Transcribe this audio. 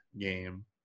game